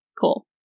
cool